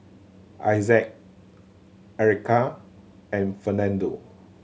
Issac Ericka and Fernando